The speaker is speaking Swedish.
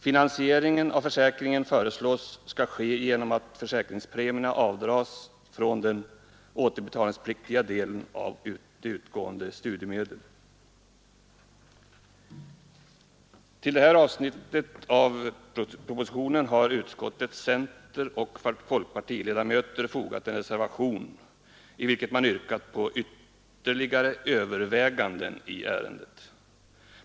Finansieringen av försäkringen föreslås ske genom att försäkringspremierna avdras från den återbetalningspliktiga delen av utgående studiemedel. Till detta avsnitt i propositionen har utskottets centeroch folkpartiledamöter fogat en reservation, i vilken man yrkar på ytterligare överväganden i ärendet.